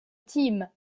tim